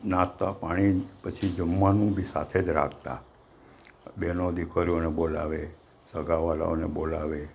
નાસ્તા પાણી પછી જમવાનું બી સાથે જ રાખતા બેનો દીકરીઓને બોલાવે સગા વ્હાલાઓને બોલાવે